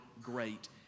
great